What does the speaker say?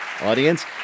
audience